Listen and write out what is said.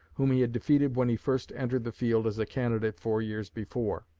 whom he had defeated when he first entered the field as a candidate four years before.